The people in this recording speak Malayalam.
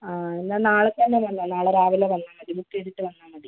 ആ എന്നാൽ നാളെത്തന്നെ വന്നോ നാളെ രാവിലെ വന്നാൽ മതി ബുക്ക് ചെയ്തിട്ട് വന്നാൽ മതി